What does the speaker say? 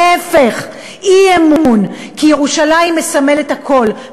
ההפך, אי-אמון, כי ירושלים מסמלת הכול.